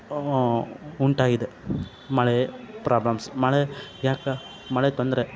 ಉಂಟಾಗಿದೆ ಮಳೆ ಪ್ರಾಬ್ಲಮ್ಸ್ ಮಳೆ ಯಾಕೆ ಮಳೆ ತೊಂದರೆ